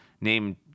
named